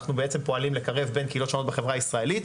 אנחנו פועלים כדי לקרב בין קהילות שונות בחברה הישראלית,